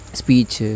speech